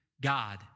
God